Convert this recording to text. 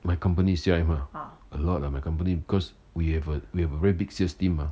my company's C_R_M ah a lot ah my company because we have a we have a very big sales team mah